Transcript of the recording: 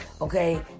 okay